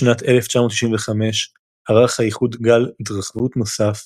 בשנת 1995 ערך האיחוד גל התרחבות נוסף,